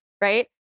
right